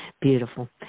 Beautiful